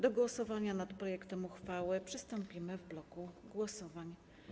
Do głosowania nad projektem uchwały przystąpimy w bloku głosowań.